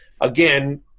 again